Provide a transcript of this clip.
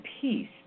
peace